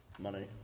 Money